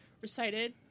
recited